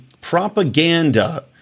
propaganda